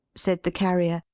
said the carrier,